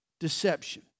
Deception